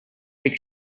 take